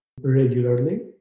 regularly